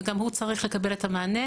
וגם הם צריכים לקבל את המענה,